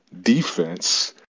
defense